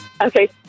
Okay